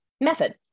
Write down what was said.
method